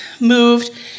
moved